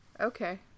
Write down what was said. Okay